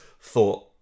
thought